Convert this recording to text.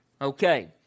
Okay